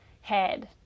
head